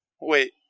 Wait